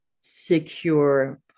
secure